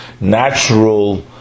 natural